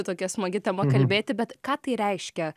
tokia smagi tema kalbėti bet ką tai reiškia